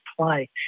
play